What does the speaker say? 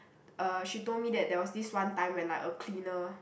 uh she told me that there was this one time when like a cleaner